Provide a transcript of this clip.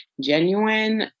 genuine